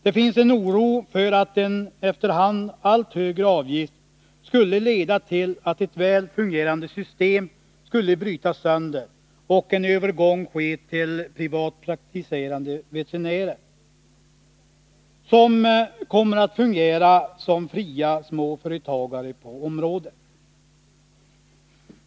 Det finns en oro för att en efter hand allt högre avgift skulle leda till att ett väl fungerande system skulle brytas sönder och en övergång ske till privatpraktiserande veterinärer, som kommer att fungera som fria småföretagare på området.